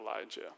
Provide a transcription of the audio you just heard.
Elijah